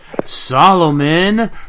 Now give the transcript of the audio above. Solomon